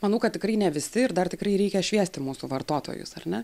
manau kad tikrai ne visi ir dar tikrai reikia šviesti mūsų vartotojus ar ne